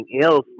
else